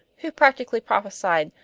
who practically prophesied,